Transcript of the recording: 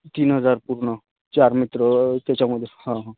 तीन हजार पूर्ण चार मित्र त्याच्यामध्ये हां हां